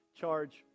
charge